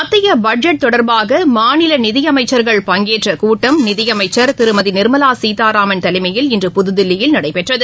மத்தியபட்ஜெட் தொடர்பாகமாநிலநிதியமைச்சர்கள் பங்கேற்றகூட்டம் நிதியமைச்சர் திருமதிநிர்மலாசீதாராமன் தலைமையில் இன்று புதுதில்லியில் நடைபெற்றது